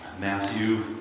Matthew